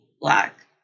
Black